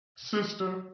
Sister